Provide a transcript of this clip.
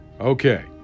Okay